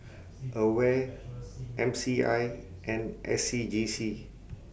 AWARE M C I and S C G C